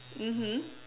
mmhmm